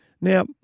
Now